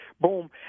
Boom